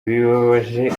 bibabaje